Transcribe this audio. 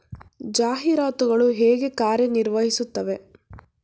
ಜಾಹೀರಾತುಗಳು ಹೇಗೆ ಕಾರ್ಯ ನಿರ್ವಹಿಸುತ್ತವೆ?